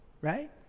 Right